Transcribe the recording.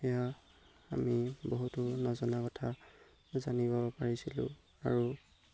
সেইয়া আমি বহুতো নজনা কথা জানিব পাৰিছিলোঁ আৰু